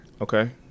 Okay